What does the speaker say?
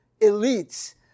elites